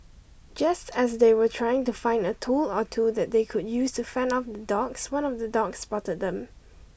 just as they were trying to find a tool or two that they could use to fend off the dogs one of the dogs spotted them